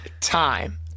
time